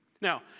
Now